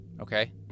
okay